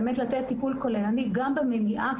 ולתת טיפול - גם במניעה,